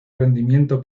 rendimiento